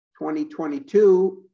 2022